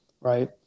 right